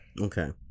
Okay